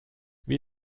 wie